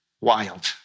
wild